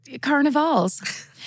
carnivals